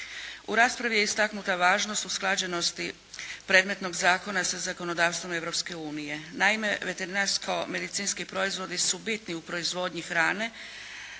U raspravi je istaknuta važnost usklađenosti predmetnog zakona sa zakonodavstvom Europske unije. Naime, veterinarsko-medicinski proizvodi su bitni proizvodnji hrane,